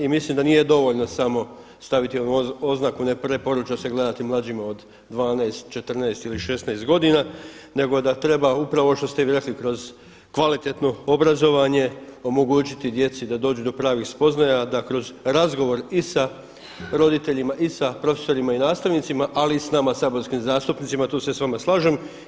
I mislim da nije dovoljno samo staviti oznaku, ne preporuča se gledati mlađima od 12, 14 ili 16 godina, nego da treba upravo što ste vi rekli kroz kvalitetno obrazovanje omogućiti djeci da dođu do pravih spoznaja, da kroz razgovor i sa roditeljima i sa profesorima i nastavnicima, ali i sa nama saborskim zastupnicima, tu se sa vama slažem.